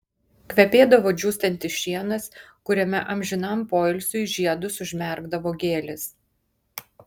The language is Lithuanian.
kvepėdavo džiūstantis šienas kuriame amžinam poilsiui žiedus užmerkdavo gėlės